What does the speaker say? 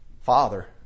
Father